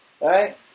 right